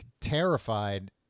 terrified